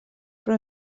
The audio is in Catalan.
però